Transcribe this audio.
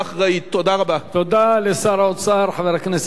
תודה לשר האוצר חבר הכנסת יובל שטייניץ.